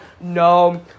no